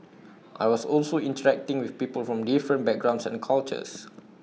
I was also interacting with people from different backgrounds and cultures